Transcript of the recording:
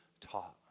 taught